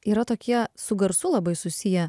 yra tokie su garsu labai susiję